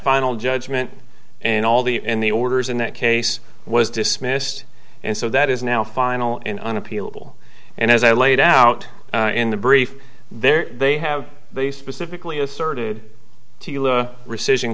final judgement and all the and the orders in that case was dismissed and so that is now final and unappealable and as i laid out in the brief there they have they specifically asserted rescission